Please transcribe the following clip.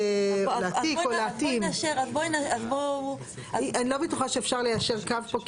אני לא בטוחה שאפשר ליישר קו פה,